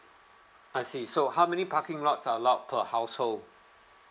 I see so how many parking lots are allowed per household